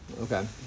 okay